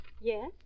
Yes